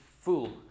full